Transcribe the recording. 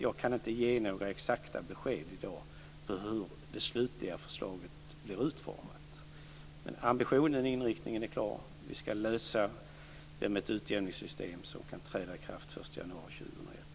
Jag kan inte ge några exakta besked i dag om hur det slutliga förslaget blir utformat. Men ambitionen och inriktningen är klar: Vi ska lösa problemet med ett utjämningssystem som kan träda i kraft den 1 januari 2001.